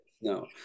no